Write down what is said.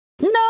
No